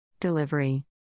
Delivery